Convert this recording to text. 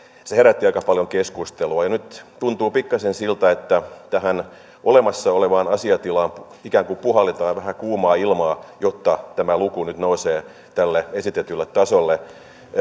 se herätti aika paljon keskustelua nyt tuntuu pikkasen siltä että tähän olemassa olevaan asiantilaan ikään kuin puhalletaan vähän kuumaa ilmaa jotta tämä luku nyt nousee tälle esitetylle tasolle